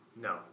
No